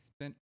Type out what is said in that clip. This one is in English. spent